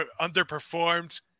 underperformed